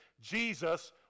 Jesus